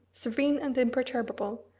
serene and imperturbable,